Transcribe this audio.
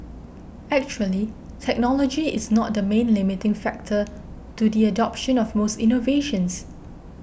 actually technology is not the main limiting factor to the adoption of most innovations